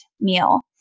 meal